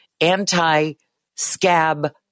anti-scab